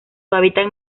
hábitat